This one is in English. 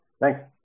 thanks